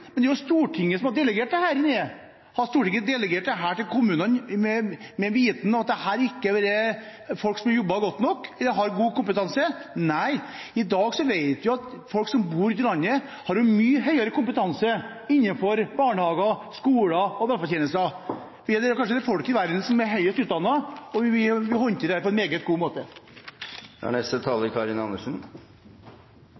Men det er jo Stortinget som har delegert dette. Har Stortinget delegert det til kommunene med viten om at dette er folk som ikke jobber godt nok eller ikke har god kompetanse? Nei, i dag vet vi at folk som bor i dette landet, har en mye høyere kompetanse innenfor barnehager, skoler og velferdstjenester. Vi er kanskje det folket i verden som er høyest utdannet, og vi vil håndtere dette på en meget god måte. Representanten Karin Andersen har hatt ordet to ganger tidligere og får ordet til en kort merknad, begrenset til 1 minutt. Først til saksordfører: Det er